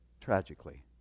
Tragically